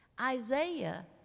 Isaiah